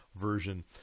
version